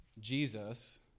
Jesus